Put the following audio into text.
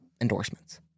endorsements